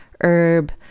herb